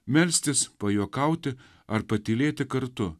melstis pajuokauti ar patylėti kartu